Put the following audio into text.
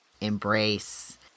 embrace